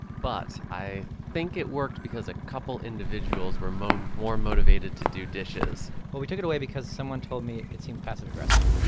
but i think it worked because a couple individuals were more um more motivated to do dishes well, we took it away because someone told me it seemed passive-aggressive